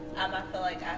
i feel like i